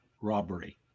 Robbery